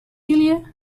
celia